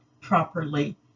properly